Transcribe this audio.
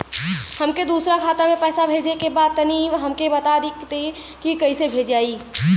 हमके दूसरा खाता में पैसा भेजे के बा तनि हमके बता देती की कइसे भेजाई?